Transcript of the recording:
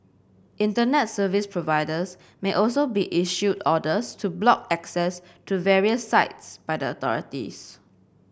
Internet Service Providers may also be issued orders to block access to various sites by the authorities